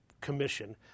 Commission